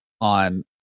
on